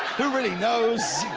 who really knows?